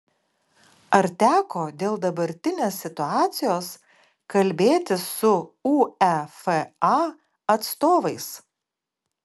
ar teko dėl dabartinės situacijos kalbėtis su uefa atstovais